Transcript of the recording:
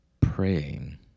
praying